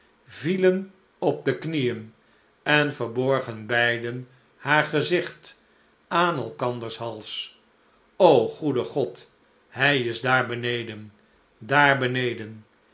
vielen op de knieen en verborgen beiden haar gezicht aan elkanders hals goede god hij is daar beneden daar beneden